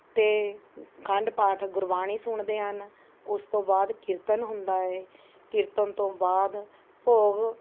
ਅਤੇ ਅਖੰਡ ਪਾਠ ਗੁਰਬਾਣੀ ਸੁਣਦੇ ਹਾਂ ਉਸਤੋਂ ਬਾਅਦ ਕੀਰਤਨ ਹੁੰਦਾ ਹੈ ਕੀਰਤਨ ਤੋਂ ਬਾਅਦ ਭੋਗ